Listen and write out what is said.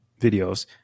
videos